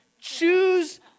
Choose